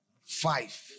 five